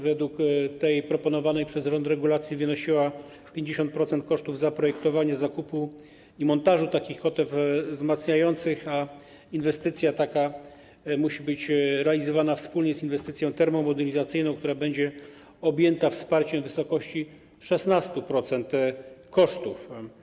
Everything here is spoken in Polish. Według proponowanej przez rząd regulacji premia będzie wynosiła 50% kosztów zaprojektowania, zakupu i montażu kotew wzmacniających, a inwestycja taka musi być realizowana wspólnie z inwestycją termomodernizacyjną, która będzie objęta wsparciem w wysokości 16% kosztów.